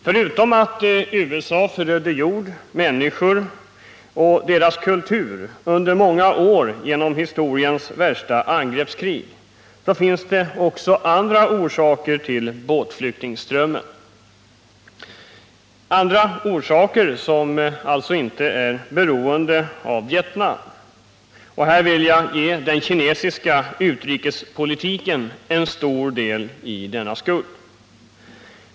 Förutom att USA förödde jord, människor och kultur i Vietnam under många år genom historiens värsta angreppskrig, finns det också andra orsaker till båtflyktingströmmen, orsaker som inte är beroende av Vietnam. Här vill jag ge den kinesiska utrikespolitiken en stor del i skulden.